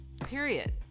period